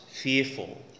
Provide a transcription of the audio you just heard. fearful